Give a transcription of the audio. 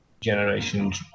generations